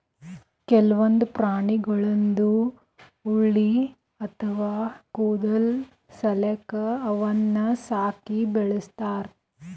ಕೆಲವೊಂದ್ ಪ್ರಾಣಿಗಳ್ದು ಉಣ್ಣಿ ಅಥವಾ ಕೂದಲ್ ಸಲ್ಯಾಕ ಅವನ್ನ್ ಸಾಕಿ ಬೆಳಸ್ತಾರ್